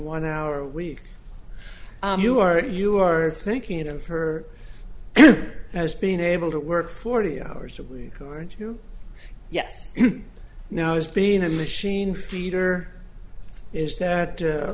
one hour a week you are you are thinking of her as being able to work forty hours a week or two yes now is being a machine feeder is that